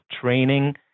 training